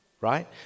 right